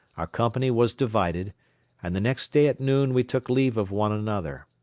our company was divided and the next day at noon we took leave of one another.